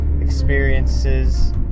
experiences